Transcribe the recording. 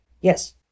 Yes